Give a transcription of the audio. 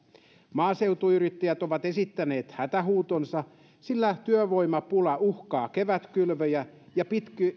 maaseutuyrittäjät ovat esittäneet hätähuutonsa sillä työvoimapula uhkaa kevätkylvöjä ja